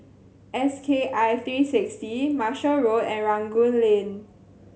S K I three sixty Marshall Road and Rangoon Lane